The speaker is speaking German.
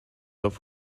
auf